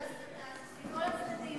זה מכל הצדדים.